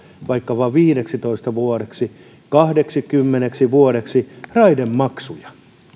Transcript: vaikkapa viideksitoista vuodeksi kahdeksikymmeneksi vuodeksi raidemaksuja